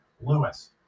Lewis